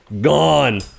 Gone